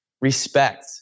respect